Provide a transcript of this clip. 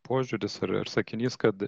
požiūris ar ar sakinys kad